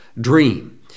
dream